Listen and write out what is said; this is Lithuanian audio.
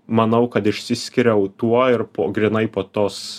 manau kad išsiskyriau tuo ir po grynai po tos